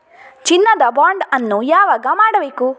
ಚಿನ್ನ ದ ಬಾಂಡ್ ಅನ್ನು ಯಾವಾಗ ಮಾಡಬೇಕು?